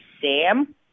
Sam